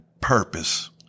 purpose